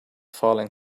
falling